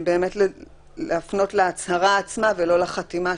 להפנות להצהרה עצמה ולא לחתימה,